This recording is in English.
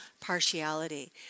partiality